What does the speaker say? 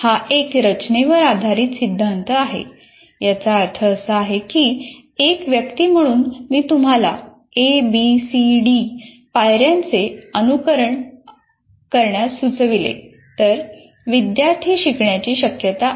हा एक रचनेवर आधारित सिद्धांत आहे याचा अर्थ असा की एक व्यक्ती म्हणून मी तुम्हाला अे बी सी डी पायर्यांचे अनुसरण करण्यास सुचविले तर विद्यार्थी शिकण्याची शक्यता आहे